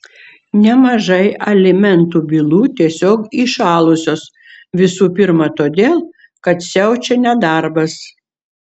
nemažai alimentų bylų tiesiog įšalusios visų pirma todėl kad siaučia nedarbas